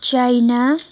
China